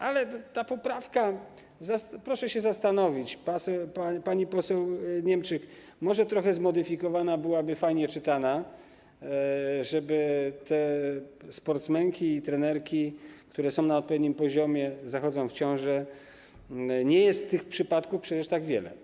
Ale ta poprawka, proszę się zastanowić, pani poseł Niemczyk, może trochę zmodyfikowana, byłaby fajnie czytana, żeby te sportsmenki i trenerki, które są na odpowiednim poziomie, zachodzą w ciążę, nie jest tych przypadków przecież tak wiele.